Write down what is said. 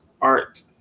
art